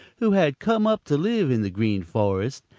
who had come up to live in the green forest,